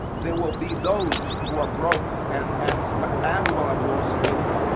there will be those who are broke and and and who will have loss of income.